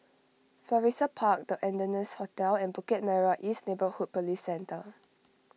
Florissa Park the Ardennes Hotel and Bukit Merah East Neighbourhood Police Centre